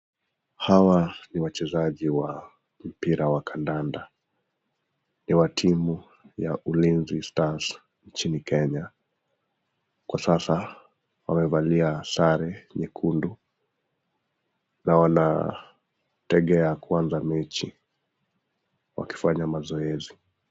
Hawa ni wachezaji wa mpira wa kadada. Ni wa timu ya Ulinzi Stars nchini Kenya. Kwa sasa wamevalia sare nyekundu na wanategea kuaza mechi wakifanya mazoezi.